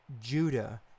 Judah